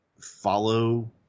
follow